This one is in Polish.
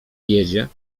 jedzie